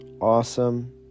awesome